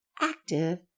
active